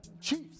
Chiefs